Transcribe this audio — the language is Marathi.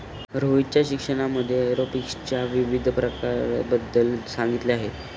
रोहितच्या शिक्षकाने एरोपोनिक्सच्या विविध प्रकारांबद्दल सांगितले